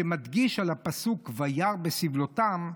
שמדגיש על הפסוק: וירא בסבלותם,